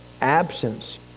absence